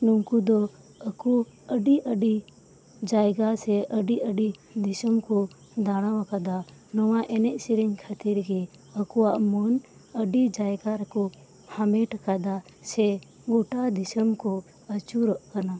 ᱱᱩᱠᱩ ᱫᱚ ᱟᱹᱠᱩ ᱟᱹᱰᱤ ᱟᱹᱰᱤ ᱡᱟᱭᱜᱟ ᱥᱮ ᱟᱹᱰᱤ ᱟᱹᱰᱤ ᱫᱤᱥᱚᱢ ᱠᱚ ᱫᱟᱲᱟ ᱟᱠᱟᱫᱟᱱᱚᱣᱟ ᱮᱱᱮᱡ ᱥᱮᱨᱮᱧ ᱠᱷᱟᱹᱛᱤᱨ ᱜᱮ ᱟᱠᱩᱭᱟᱜ ᱢᱟᱹᱱ ᱟᱹᱰᱤ ᱡᱟᱭᱜᱟ ᱨᱮᱠᱩ ᱦᱟᱢᱮᱴ ᱟᱠᱟᱫᱟ ᱥᱮ ᱜᱚᱴᱟ ᱫᱤᱥᱚᱢ ᱠᱚ ᱟᱹᱪᱩᱨᱚᱜ ᱠᱟᱱᱟ